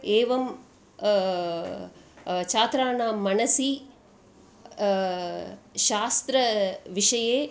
एवं छात्राणां मनसि शास्त्रविषये